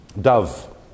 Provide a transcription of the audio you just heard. Dove